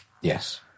Yes